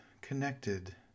connected